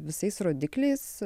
visais rodikliais